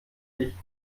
licht